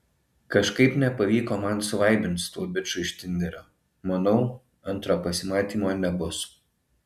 kažkaip nepavyko man suvaibint su tuo biču iš tinderio manau antro pasimatymo nebus